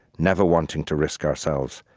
never wanting to risk ourselves,